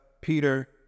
Peter